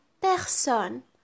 personne